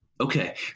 Okay